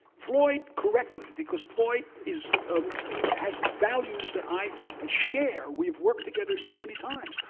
floyd correctly because floyd is um has values that i i share. we've worked together so many times.